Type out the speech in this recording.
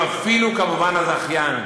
מי שמפעיל הוא כמובן הזכיין,